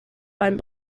beim